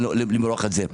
למרוח את זה.